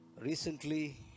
recently